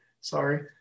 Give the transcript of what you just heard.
sorry